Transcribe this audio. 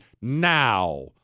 now